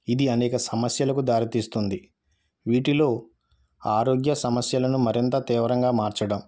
ఇది అనేక సమస్యలకు దారితీస్తుంది వీటిలో ఆరోగ్య సమస్యలను మరింత తీవ్రంగా మార్చడం